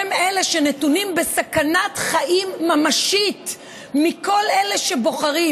הם אלה שנתונים בסכנת חיים ממשית מכל אלה שבוחרים,